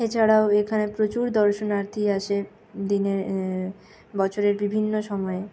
এছাড়াও এখানে প্রচুর দর্শনার্থী আসে দিনের বছরের বিভিন্ন সময়ে